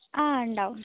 ആ ഉണ്ടാവും